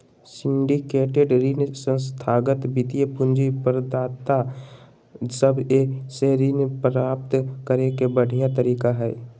syndicated ऋण संस्थागत वित्तीय पूंजी प्रदाता सब से ऋण प्राप्त करे के बढ़िया तरीका हय